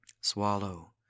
Swallow